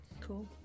Cool